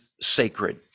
sacred